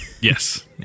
yes